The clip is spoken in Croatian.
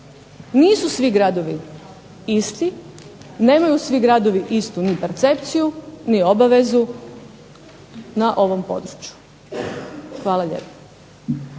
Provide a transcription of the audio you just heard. Nisu svi gradovi isti, nemaju svi gradovi ni percepciju, ni obavezu na ovom području. Hvala lijepa.